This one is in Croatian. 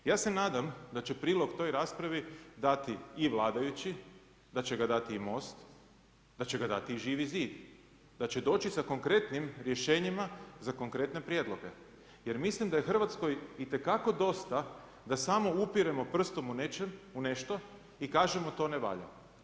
Ja se nadam da će prilog toj raspravi dati i vladajući, da će ga dati i Most, da će ga dati i Živi zid, da će doći sa konkretnim rješenjima za konkretne prijedloge jer mislim da je Hrvatskoj itekako dosta da samo upiremo prstom u nešto i kažemo to ne valja.